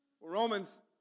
Romans